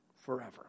forever